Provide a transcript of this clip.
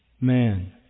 man